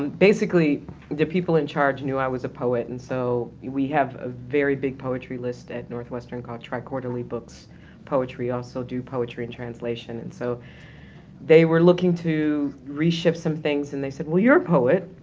um basically the people in charge knew i was a poet and so we have a very big poetry list at northwestern, called triquarterly books poetry. also do poetry and translation, and so they were looking to reshift some things and they said, well you're a poet.